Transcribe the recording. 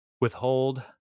withhold